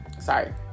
sorry